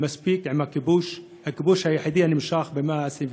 מספיק עם הכיבוש, הכיבוש היחיד הנמשך במאה ה-21.